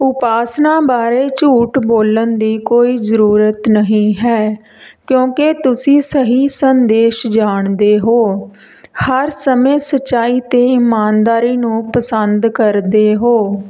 ਉਪਾਸਨਾ ਬਾਰੇ ਝੂਠ ਬੋਲਣ ਦੀ ਕੋਈ ਜ਼ਰੂਰਤ ਨਹੀਂ ਹੈ ਕਿਉਂਕਿ ਤੁਸੀਂ ਸਹੀ ਸੰਦੇਸ਼ ਜਾਣਦੇ ਹੋ ਹਰ ਸਮੇਂ ਸੱਚਾਈ ਅਤੇ ਇਮਾਨਦਾਰੀ ਨੂੰ ਪਸੰਦ ਕਰਦੇ ਹੋ